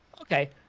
Okay